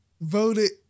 voted